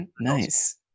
Nice